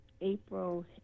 April